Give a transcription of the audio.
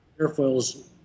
airfoils